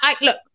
look